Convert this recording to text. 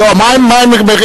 מה הם חושבים,